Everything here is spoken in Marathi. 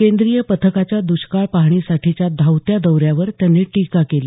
केंद्रीय पथकाच्या दृष्काळ पाहणीसाठीच्या धावत्या दौऱ्यावर त्यांनी टीका केली